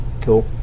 Cool